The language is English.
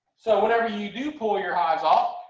so whenever you do pull your hives off.